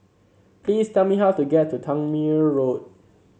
please tell me how to get to Tangmere Road